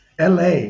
LA